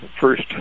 first